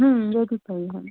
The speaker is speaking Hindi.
वो भी सही है